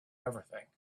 everything